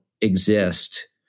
exist